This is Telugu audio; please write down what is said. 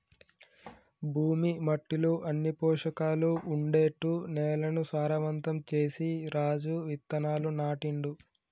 భూమి మట్టిలో అన్ని పోషకాలు ఉండేట్టు నేలను సారవంతం చేసి రాజు విత్తనాలు నాటిండు